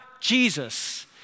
Jesus